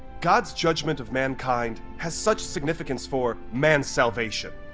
god's judgment of mankind has such significance for man's salvation.